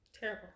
Terrible